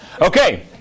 Okay